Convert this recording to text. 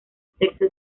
sexo